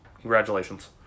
congratulations